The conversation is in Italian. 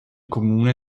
comune